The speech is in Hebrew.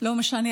לא משנה,